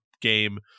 game